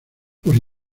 por